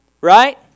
right